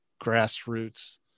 grassroots